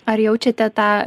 ar jaučiate tą